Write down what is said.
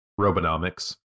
Robonomics